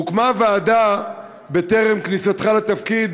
הוקמה ועדה בטרם כניסתך לתפקיד,